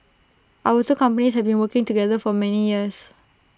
our two companies have been working together for many years